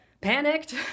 panicked